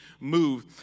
move